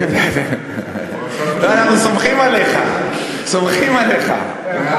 לא, אנחנו סומכים עליך, סומכים עליך.